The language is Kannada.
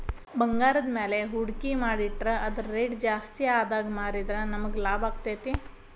ಭಂಗಾರದ್ಮ್ಯಾಲೆ ಹೂಡ್ಕಿ ಮಾಡಿಟ್ರ ಅದರ್ ರೆಟ್ ಜಾಸ್ತಿಆದಾಗ್ ಮಾರಿದ್ರ ನಮಗ್ ಲಾಭಾಕ್ತೇತಿ